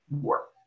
work